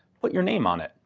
put your name on it.